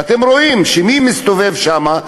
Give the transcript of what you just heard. ואתם רואים שמי שמסתובב שם,